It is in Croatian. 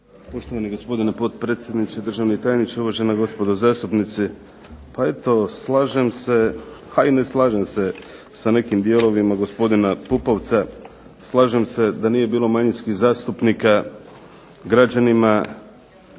Poštovani gospodine potpredsjedniče, državni tajniče, uvažena gospodo zastupnici. Pa eto slažem se, a i ne slažem se sa nekim dijelovima gospodina Pupovca. Slažem se da nije bilo manjinskih zastupnika građanima